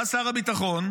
בא שר הביטחון,